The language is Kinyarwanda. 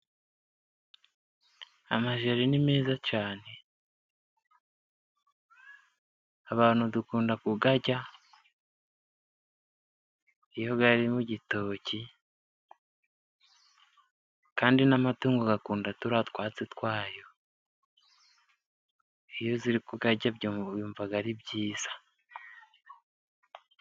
Amajeri ni meza cyane, abantu dukunda kuyarya, iyo ari mu gitoki, kandi n'amatungo akunda turiya twatsi twayo, iyo ziri kuyarya zumva ari byiza.